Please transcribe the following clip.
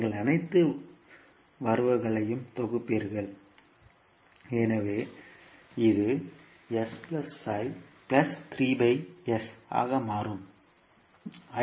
நீங்கள் அனைத்து வரவுகளையும் தொகுப்பீர்கள் எனவே இது ஆக மாறும்